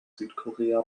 südkorea